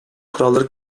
kuralları